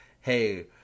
hey